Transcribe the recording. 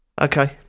Okay